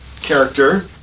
character